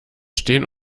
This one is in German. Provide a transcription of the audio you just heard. stehen